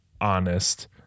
honest